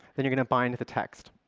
then you're going to bind to the text.